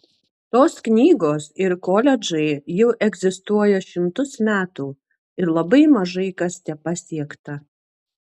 tos knygos ir koledžai jau egzistuoja šimtus metų ir labai maža kas tepasiekta